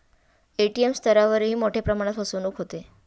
ATM स्तरावरही मोठ्या प्रमाणात फसवणूक होते